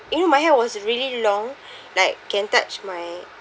you know my hair was really long like can touch my